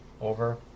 over